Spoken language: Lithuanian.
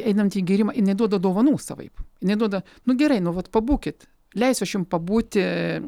einant į gėrimą jinai duoda dovanų savaip jinai duoda nu gerai nu vat pabūkit leisiu aš jum pabūti